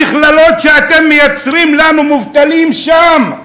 המכללות שאתם מייצרים לנו בהן מובטלים, שם,